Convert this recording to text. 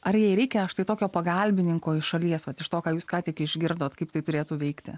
ar jai reikia štai tokio pagalbininko iš šalies vat iš to ką jūs ką tik išgirdot kaip tai turėtų veikti